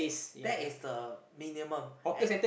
that is the minimum and